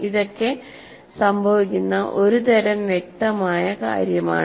ഇതൊക്കെ സംഭവിക്കുന്ന ഒരുതരം വ്യക്തമായ കാര്യമാണ്